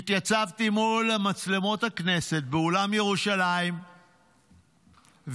התייצבתי מול מצלמות הכנסת באולם ירושלים ואמרתי,